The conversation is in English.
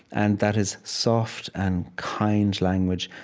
and that is soft and kind language,